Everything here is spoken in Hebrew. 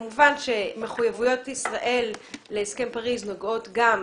כמובן שמחויבויות ישראל להסכם פריז נוגעות גם